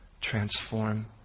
transform